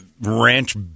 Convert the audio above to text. ranch